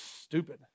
stupid